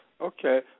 Okay